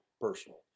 personal